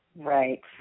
Right